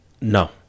no